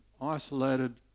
isolated